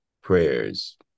prayers